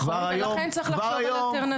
נכון, ולכן צריך לחשוב על אלטרנטיבה.